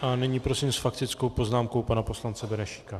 A nyní prosím s faktickou poznámkou pana poslance Benešíka.